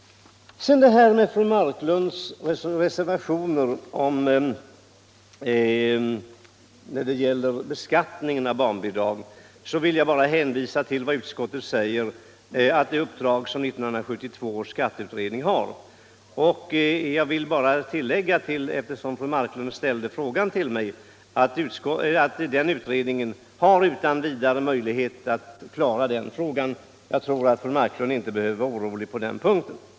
När det gäller fru Marklunds reservation i fråga om beskattning av barnbidragen vill jag bara hänvisa till vad utskottet säger om det uppdrag som 1972 års skatteutredning har. Jag vill bara tillägga, eftersom fru Marklund ställde en fråga till mig, att den utredningen utan vidare har möjlighet att klara den här uppgiften. Fru Marklund behöver inte vara orolig på den punkten.